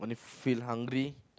feel hungry